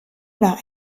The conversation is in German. war